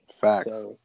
Facts